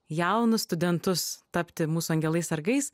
jaunus studentus tapti mūsų angelais sargais